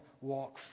walk